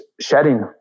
shedding